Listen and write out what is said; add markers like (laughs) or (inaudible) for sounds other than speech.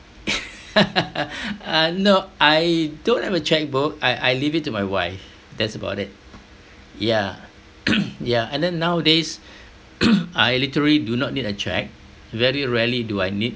(laughs) uh no I don't have a checkbook I I leave it to my wife that's about it yeah (noise) yeah and then nowadays (noise) I literally do not need a check very rarely do I need